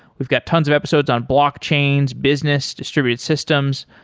we've got tons of episodes on blockchains, business, distributed systems,